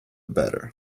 better